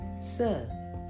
Sir